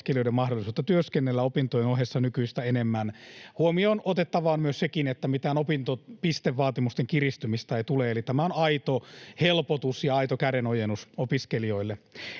opiskelijoiden mahdollisuutta työskennellä opintojen ohessa nykyistä enemmän. Huomioon otettavaa on sekin, että mitään opintopistevaatimusten kiristymistä ei tule, eli tämä on aito helpotus ja aito kädenojennus opiskelijoille.